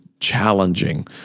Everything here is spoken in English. challenging